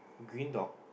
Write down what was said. green dog